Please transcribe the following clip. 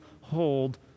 hold